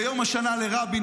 ביום השנה לרבין,